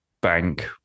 bank